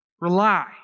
rely